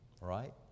Right